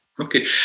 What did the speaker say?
Okay